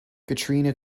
katerina